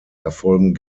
erfolgen